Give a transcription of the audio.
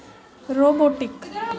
robotic